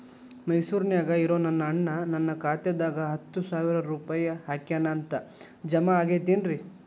ಮೈಸೂರ್ ನ್ಯಾಗ್ ಇರೋ ನನ್ನ ಅಣ್ಣ ನನ್ನ ಖಾತೆದಾಗ್ ಹತ್ತು ಸಾವಿರ ರೂಪಾಯಿ ಹಾಕ್ಯಾನ್ ಅಂತ, ಜಮಾ ಆಗೈತೇನ್ರೇ?